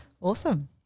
Awesome